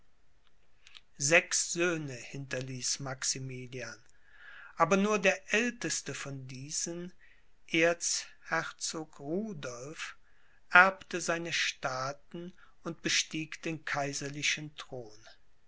sechs söhne hinterließ maximilian aber nur der älteste von diesen erzherzog rudolph erbte seine staaten und bestieg den kaiserlichen thron